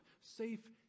safe